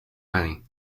money